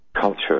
culture